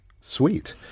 Sweet